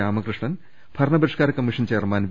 രാമകൃഷ്ണൻ ഭരണപരിഷ്ക്കാര commission chairman V